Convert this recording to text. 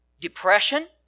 Depression